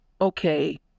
Okay